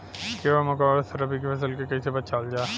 कीड़ों मकोड़ों से रबी की फसल के कइसे बचावल जा?